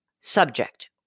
subject